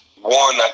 one